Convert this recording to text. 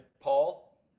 Paul